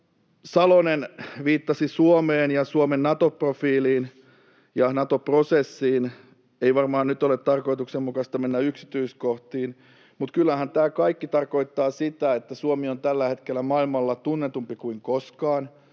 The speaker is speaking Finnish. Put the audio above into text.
Salonen viittasi Suomeen ja Suomen Nato-profiiliin ja Nato-prosessiin. Ei varmaan nyt ole tarkoituksenmukaista mennä yksityiskohtiin, mutta kyllähän tämä kaikki tarkoittaa sitä, että Suomi on tällä hetkellä maailmalla tunnetumpi kuin koskaan,